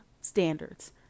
standards